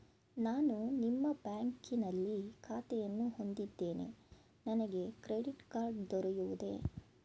ನಾನು ನಿಮ್ಮ ಬ್ಯಾಂಕಿನಲ್ಲಿ ಖಾತೆಯನ್ನು ಹೊಂದಿದ್ದೇನೆ ನನಗೆ ಕ್ರೆಡಿಟ್ ಕಾರ್ಡ್ ದೊರೆಯುವುದೇ?